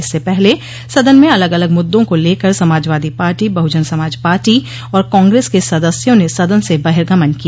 इससे पहले सदन में अलग अलग मुद्दों को लेकर समाजवादी पार्टी बहुजन समाज पार्टी और कांग्रेस के सदस्यों ने सदन से बहिर्गमन किया